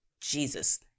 Jesus